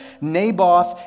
Naboth